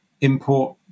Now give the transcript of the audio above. import